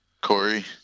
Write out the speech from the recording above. Corey